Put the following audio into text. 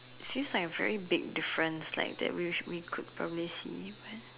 seems like a very big difference like that wish we could probably see but